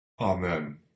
Amen